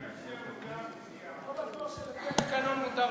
אני לא בטוח שלפי התקנון מותר לך,